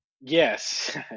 Yes